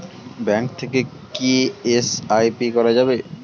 Bank থেকে কী SIP করা যাবে?